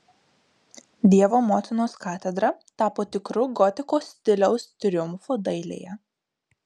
dievo motinos katedra tapo tikru gotikos stiliaus triumfu dailėje